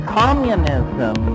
communism